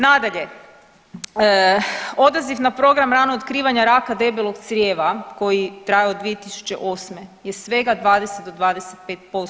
Nadalje, odaziv na Program ranog otkivanja raka debelog crijeva koji traje od 2008. je svega 20 do 25%